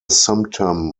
symptom